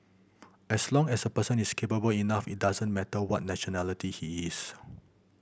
as long as the person is capable enough it doesn't matter what nationality he is